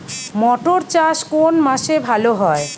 মটর চাষ কোন মাসে ভালো হয়?